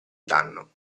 danno